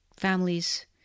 Families